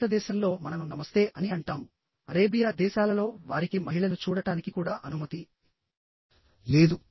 భారతదేశంలో మనం నమస్తే అని అంటాము అరేబియా దేశాలలో వారికి మహిళను చూడటానికి కూడా అనుమతి లేదు